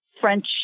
French